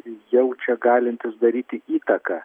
jaučia galintys daryti įtaką